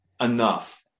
Enough